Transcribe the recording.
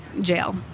jail